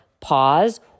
pause